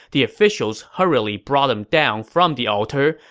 the officials hurriedly brought him down from the altar,